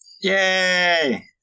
Yay